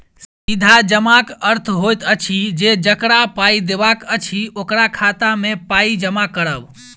सीधा जमाक अर्थ होइत अछि जे जकरा पाइ देबाक अछि, ओकरा खाता मे पाइ जमा करब